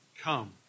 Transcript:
come